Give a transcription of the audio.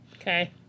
Okay